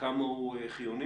כמה הוא חיוני,